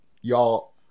y'all